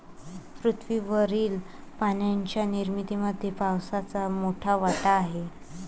पृथ्वीवरील पाण्याच्या निर्मितीमध्ये पावसाचा मोठा वाटा आहे